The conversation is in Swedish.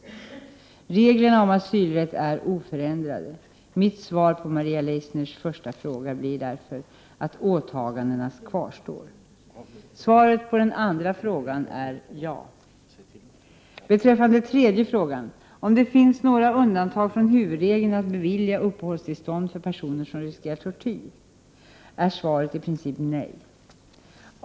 Reglerna om asylrätt är oförändrade. Mitt svar på Maria Leissners första fråga blir därför att åtagandena kvarstår. Svaret på den andra frågan är ja! Beträffande den tredje frågan, om det finns några undantag från huvudregeln att bevilja uppehållstillstånd för personer som riskerar tortyr, är svaret i princip nej.